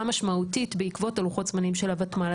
משמעותית בעקבות לוחות הזמנים של הותמ"ל,